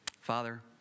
Father